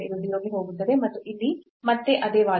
ಇದು 0 ಗೆ ಹೋಗುತ್ತದೆ ಮತ್ತು ಇಲ್ಲಿ ಮತ್ತೆ ಅದೇ ವಾದ